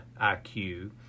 IQ